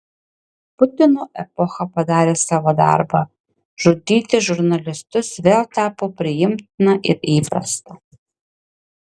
putino epocha padarė savo darbą žudyti žurnalistus vėl tapo priimtina ir įprasta